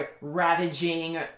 ravaging